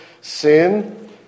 sin